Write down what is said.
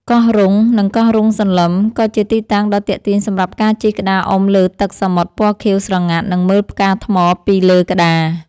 កោះរ៉ុង និងកោះរ៉ុងសន្លឹម ក៏ជាទីតាំងដ៏ទាក់ទាញសម្រាប់ការជិះក្តារអុំលើទឹកសមុទ្រពណ៌ខៀវស្រងាត់ និងមើលផ្កាថ្មពីលើក្តារ។